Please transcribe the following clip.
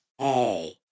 Hey